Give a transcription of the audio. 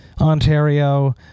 Ontario